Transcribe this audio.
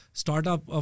startup